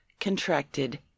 contracted